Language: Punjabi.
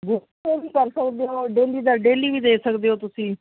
ਕਰ ਸਕਦੇ ਹੋ ਡੇਲੀ ਦਾ ਡੇਲੀ ਵੀ ਦੇ ਸਕਦੇ ਹੋ ਤੁਸੀਂ